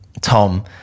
tom